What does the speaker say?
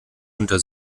unter